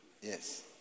yes